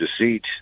deceit